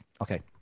okay